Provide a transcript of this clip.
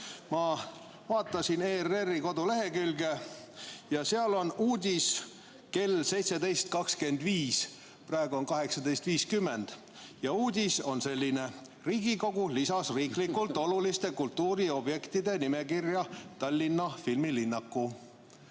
Ma vaatasin ERR-i kodulehekülge ja seal on avaldatud uudis kell 17.25. Praegu on 18.50, ja uudis on selline: Riigikogu lisas riiklikult oluliste kultuuriobjektide nimekirja Tallinna filmilinnaku.